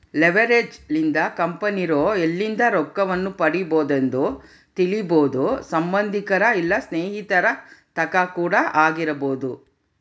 leverage ಲಿಂದ ಕಂಪೆನಿರೊ ಎಲ್ಲಿಂದ ರೊಕ್ಕವನ್ನು ಪಡಿಬೊದೆಂದು ತಿಳಿಬೊದು ಸಂಬಂದಿಕರ ಇಲ್ಲ ಸ್ನೇಹಿತರ ತಕ ಕೂಡ ಆಗಿರಬೊದು